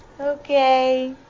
Okay